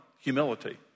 humility